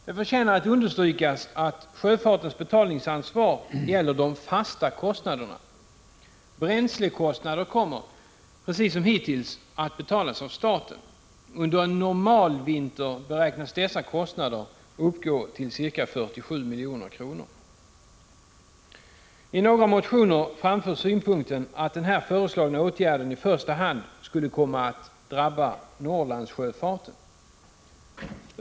Det förtjänar att understrykas att sjöfartens betalningsansvar gäller de fasta kostnaderna. Bränslekostnader kommer, precis som hittills, att betalas av staten. Under en normalvinter beräknas dessa kostnader uppgå till ca 47 milj.kr. I några motioner framförs synpunkten att den här föreslagna åtgärden i första hand skulle komma att drabba Norrlandssjöfarten.